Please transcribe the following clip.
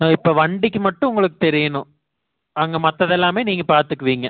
ஆ இப்போ வண்டிக்கு மட்டும் உங்களுக்கு தெரியணும் அங்கே மற்றதெல்லாமே நீங்கள் பார்த்துக்குவீங்க